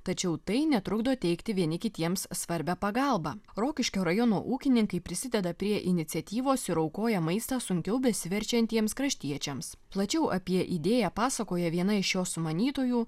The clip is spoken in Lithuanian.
tačiau tai netrukdo teikti vieni kitiems svarbią pagalbą rokiškio rajono ūkininkai prisideda prie iniciatyvos ir aukoja maistą sunkiau besiverčiantiems kraštiečiams plačiau apie idėją pasakoja viena iš jo sumanytojų